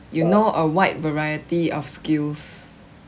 you know a wide variety of skills